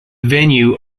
venue